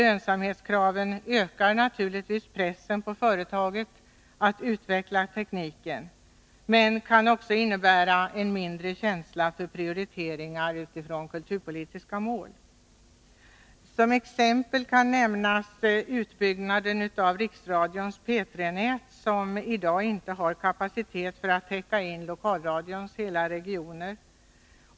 Lönsamhetskraven ökar naturligtvis pressen på företaget att utveckla tekniken men kan också innebära mindre känsla för prioriteringar utifrån kulturpolitiska målsättningar. Som exempel kan nämnas utbyggnaden av riksradions P 3-nät, som i dag inte har kapacitet för att täcka in lokalradions hela regioner.